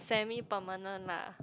semi permanent lah